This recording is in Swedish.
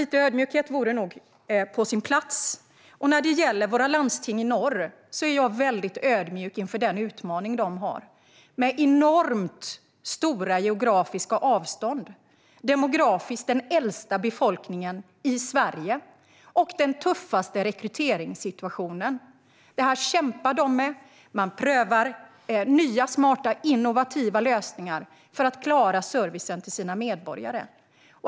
Lite ödmjukhet vore alltså på sin plats. När det gäller våra landsting i norr är jag väldigt ödmjuk inför den utmaning de har med enormt stora geografiska avstånd, demografiskt sett den äldsta befolkningen i Sverige och den tuffaste rekryteringssituationen. Detta kämpar de med. Man prövar nya, smarta, innovativa lösningar för att klara servicen för sina medborgare.